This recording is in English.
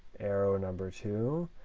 arrow number two,